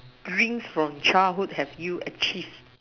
dreams from childhood have you achieve